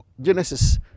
Genesis